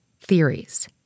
Theories